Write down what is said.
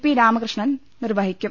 P Ramakrishnan നിർവ്വഹിക്കും